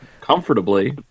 comfortably